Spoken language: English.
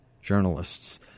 journalists